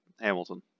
Hamilton